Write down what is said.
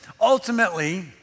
ultimately